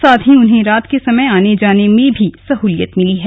साथ ही उन्हें रात के समय आने जाने में भी सहूलियत मिली है